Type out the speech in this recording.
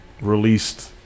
released